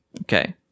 Okay